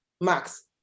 Max